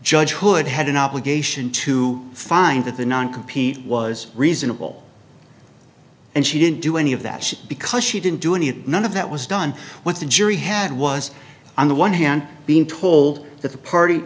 judge would had an obligation to find that the non compete was reasonable and she didn't do any of that shit because she didn't do any of that none of that was done what the jury had was on the one hand being told that the party